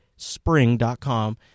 Spring.com